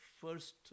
first